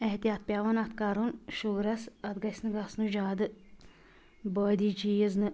احتیاط پیٚوان اتھ کرُن شُگرس اتھ گژھہِ نہٕ گژھنُے زیادٕ بٲدی چیٖز نہٕ